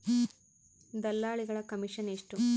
ದಲ್ಲಾಳಿಗಳ ಕಮಿಷನ್ ಎಷ್ಟು?